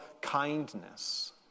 kindness